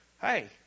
hey